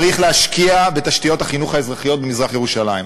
צריך להשקיע בתשתיות החינוך האזרחיות במזרח-ירושלים.